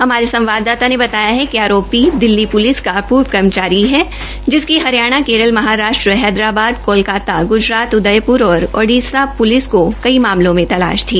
हमारे संवाददाता ने बताया है कि आरोपी दिल्ली प्लिस का पूर्व कर्मचारी है जिसकी हरियाणा केरल महाराष्ट्र हैदराबाद कोलकाता गुजरात उदयपुर और ओडिशा पूलिस को कई मामलों में तलाश थी